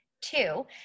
Two